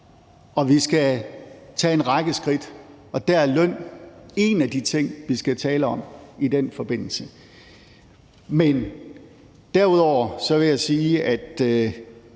vi skal tage en række skridt, og der er løn en af de ting, vi skal tale om i den forbindelse. Men derudover vil jeg sige,